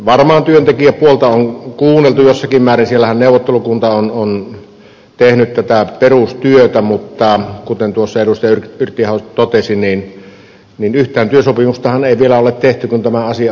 varmaan työntekijäpuolta on kuunneltu jossakin määrin siellähän neuvottelukunta on tehnyt tätä perustyötä mutta kuten tuossa edustaja yrttiaho totesi niin yhtään työsopimustahan ei vielä ole tehty kun tämä asia on täällä